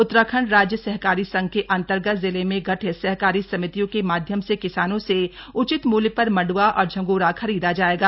उत्तराखंड राज्य सहकारी संघ के अन्तर्गत जिले में गठित सहकारी समितियों के माध्यम से किसानों से उचित मूल्य पर मंड्वा और झंगोरा खरीदा जाएगा